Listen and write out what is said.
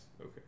okay